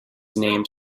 named